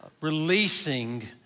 releasing